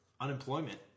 Unemployment